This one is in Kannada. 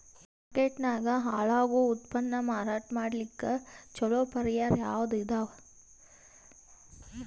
ಮಾರ್ಕೆಟ್ ನಾಗ ಹಾಳಾಗೋ ಉತ್ಪನ್ನ ಮಾರಾಟ ಮಾಡಲಿಕ್ಕ ಚಲೋ ಪರಿಹಾರ ಯಾವುದ್ ಇದಾವ?